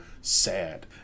sad